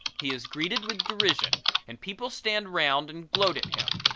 he is greeted with derision and people stand round and gloat at him.